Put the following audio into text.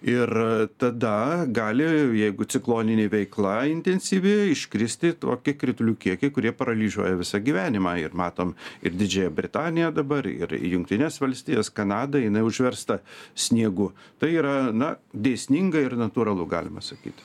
ir tada gali jeigu cikloninė veikla intensyvi iškristi tokie kritulių kiekiai kurie paralyžiuoja visą gyvenimą ir matom ir didžiąją britaniją dabar ir jungtines valstijas kanadą jinai užversta sniegu tai yra na dėsninga ir natūralu galima sakyti